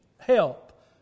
help